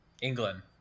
England